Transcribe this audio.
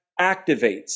activates